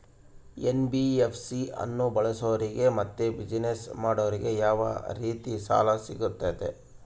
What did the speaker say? NBFC ಅನ್ನು ಬಳಸೋರಿಗೆ ಮತ್ತೆ ಬಿಸಿನೆಸ್ ಮಾಡೋರಿಗೆ ಯಾವ ರೇತಿ ಸಾಲ ಸಿಗುತ್ತೆ?